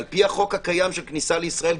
לפי החוק הקיים של כניסה לישראל,